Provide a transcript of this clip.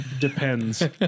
Depends